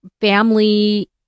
family